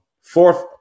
fourth